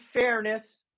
fairness